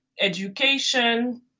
education